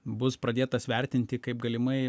bus pradėtas vertinti kaip galimai